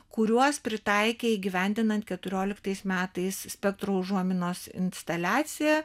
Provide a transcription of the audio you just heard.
kuriuos pritaikė įgyvendinant keturioliktais metais spektro užuominos instaliaciją